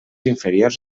inferiors